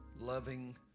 loving